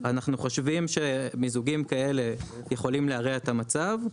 אנחנו חושבים שמיזוגים כאלה יכולים להרע את המצב,